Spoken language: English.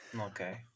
okay